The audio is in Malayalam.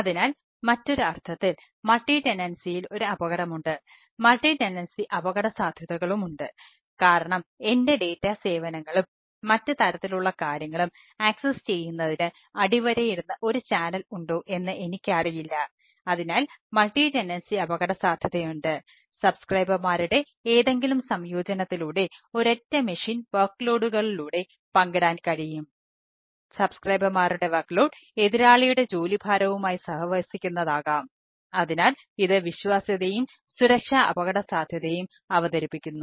അതിനാൽ മറ്റൊരു അർത്ഥത്തിൽ മൾട്ടി ടെനൻസിയിൽ എതിരാളിയുടെ ജോലിഭാരവുമായി സഹവസിക്കുന്നതാകാം അതിനാൽ ഇത് വിശ്വാസ്യതയും സുരക്ഷാ അപകടസാധ്യതയും അവതരിപ്പിക്കുന്നു